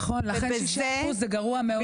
נכון, ולכן 6% זה גרוע מאוד.